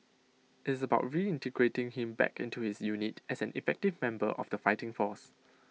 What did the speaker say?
it's about reintegrating him back into his unit as an effective member of the fighting force